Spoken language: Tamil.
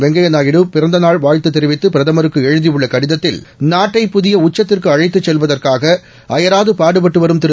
வெங்கய்ய நாயுடு பிறந்த நாள் வாழ்த்து தெரிவித்து பிரதமருக்கு எழுதியுள்ள கடிதத்தில் நாட்டை புதிய உச்சத்திற்கு அழைத்துச் செல்வதற்காக பாடுபட்டுவரும் திரு